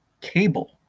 cable